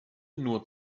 nur